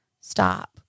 stop